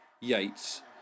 Yates